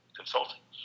consulting